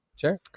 sure